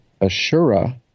Ashura